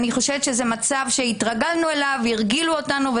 אני חושבת שזה מצב שהתרגלנו אליו והרגילו אותנו,